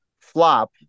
flop